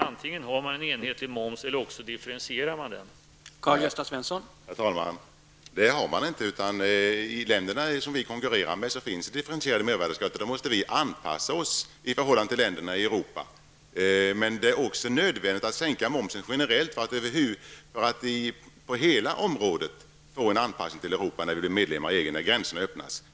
Antingen har man en enhetlig moms eller också differentierar man momsen.